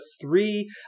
three